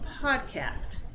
podcast